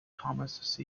thomas